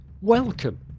welcome